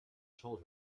told